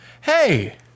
Hey